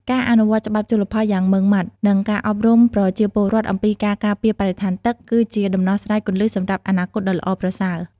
ការអនុវត្តន៍ច្បាប់ជលផលយ៉ាងម៉ឺងម៉ាត់ និងការអប់រំប្រជាពលរដ្ឋអំពីការការពារបរិស្ថានទឹក គឺជាដំណោះស្រាយគន្លឹះសម្រាប់អនាគតដ៏ល្អប្រសើរ។